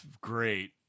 great